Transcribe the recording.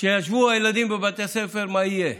כשישבו הילדים בבתי הספר, מה יהיה?